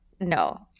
No